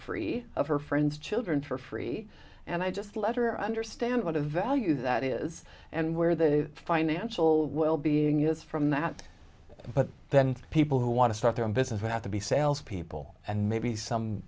free of her friends children for free and i just let her understand what a value that is and where the financial well being is from that but then people who want to start their own business have to be sales people and maybe some